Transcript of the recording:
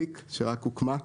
פיק, שרק הוקמה,